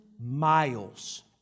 miles